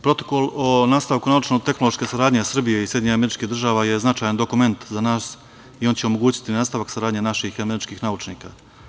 Protokol o nastavku naučno-tehnološke saradnje Srbije i SAD je značajan dokument za nas i on će omogućiti nastavak saradnje naših i američkih naučnika.